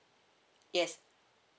yes